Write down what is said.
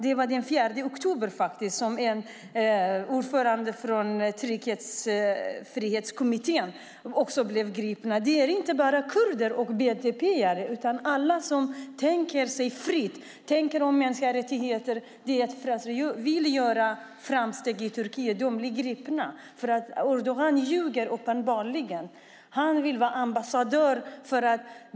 Det var den 4 oktober, och då blev även ordföranden i tryckfrihetskommittén gripen. Det är inte bara kurder och BDP:are, utan alla som tänker fritt, tänker på mänskliga rättigheter och vill göra framsteg i Turkiet blir gripna. Erdogan ljuger uppenbarligen. Han vill vara ambassadör.